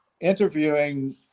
interviewing